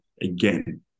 again